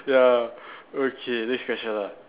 ya okay next question ah